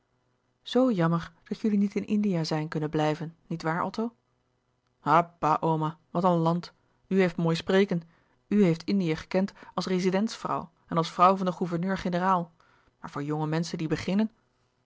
zoo jammer dat jullie niet in indië zijn kunnen blijven niet waar otto a bah oma wat een land u heeft mooi spreken u heeft indië gekend als rezidentsvrouw en als vrouw van den gouverneur-generaal maar voor jonge menschen die beginnen